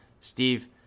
Steve